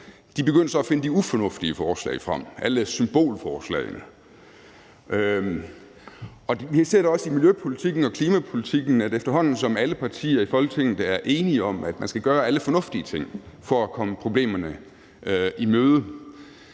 de ville mere, at finde de ufornuftige forslag frem, alle symbolforslagene. Vi ser også i miljøpolitikken og klimapolitikken, at efterhånden som alle partier i Folketinget er enige om, at man skal gøre alle fornuftige ting for at komme problemerne i møde,